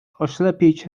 oślepić